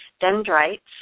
dendrites